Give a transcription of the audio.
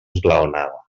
esglaonada